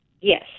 Yes